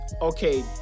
okay